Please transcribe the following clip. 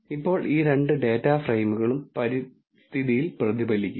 ഇപ്പോൾ ഈ രണ്ട് ഡാറ്റ ഫ്രെയിമുകളും പരിസ്ഥിതിയിൽ പ്രതിഫലിക്കും